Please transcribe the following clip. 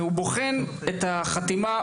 והוא בוחן את החתימה